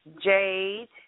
Jade